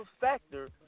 factor